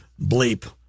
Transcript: bleep